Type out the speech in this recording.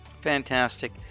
Fantastic